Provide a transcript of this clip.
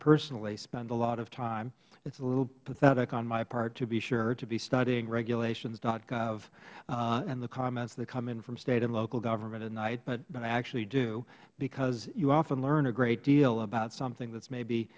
personally spend a lot of time it is a little pathetic on my part to be sure to be studying regulations gov and the comments that come in from state and local government at night but i actually do because you often learn a great deal about something that is maybe